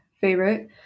favorite